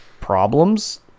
problems